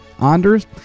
Anders